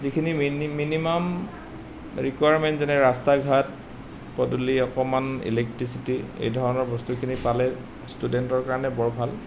যিখিনি mini minimum requirement যেনে ৰাস্তা ঘাট পদূলি অকমান ইলেক্ট্ৰিচিটি এই ধৰণৰ বস্তুখিনি পালে ষ্টুডেণ্টৰ কাৰণে বৰ ভাল